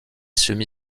semi